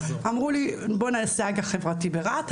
אמרו לי בואו נעשה אג"ח חברתי ברהט,